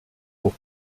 pour